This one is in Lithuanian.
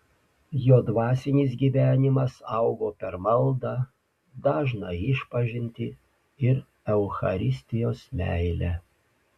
jo dvasinis gyvenimas augo per maldą dažną išpažintį ir eucharistijos meilę